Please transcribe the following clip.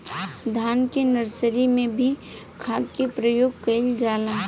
धान के नर्सरी में भी खाद के प्रयोग कइल जाला?